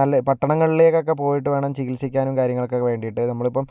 നല്ല പട്ടണങ്ങളിലേക്കൊക്കെ പോയിട്ട് വേണം ചികിത്സിക്കാനും കാര്യങ്ങൾക്കൊക്കെ വേണ്ടിയിട്ട് നമ്മളിപ്പം